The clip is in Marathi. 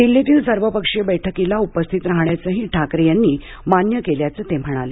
दिल्लीतील सर्वपक्षीय बैठकीला उपस्थित राहण्याचेही ठाकरे यांनी मान्य केल्याचे ते म्हणाले